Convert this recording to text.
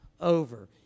over